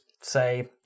say